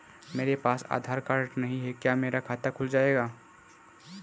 मेरे पास आधार कार्ड नहीं है क्या मेरा खाता खुल जाएगा?